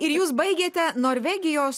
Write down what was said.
ir jūs baigėt norvegijos